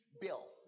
bills